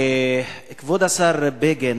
כבוד השר בגין